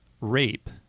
rape